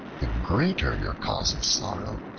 the greater your cause of sorrow,